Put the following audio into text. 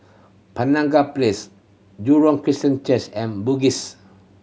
Penaga Place Jurong Christian Church and Bugis